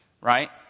right